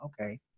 okay